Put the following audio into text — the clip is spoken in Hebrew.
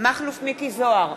מכלוף מיקי זוהר,